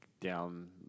down